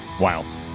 wow